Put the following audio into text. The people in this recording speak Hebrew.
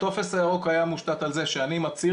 הטופס הירוק היה מושתת על זה שאני מצהיר